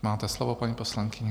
Máte slovo, paní poslankyně.